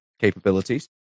capabilities